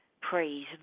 Praise